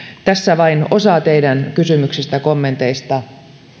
tässä vain osa teidän kysymyksistänne kommenteistanne